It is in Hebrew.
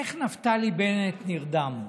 איך נפתלי בנט נרדם?